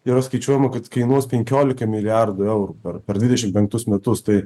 yra skaičiuojama kad kainuos penkiolika milijardų eurų per dvidešimt penktus metus tai